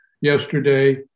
yesterday